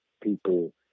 people